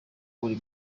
buri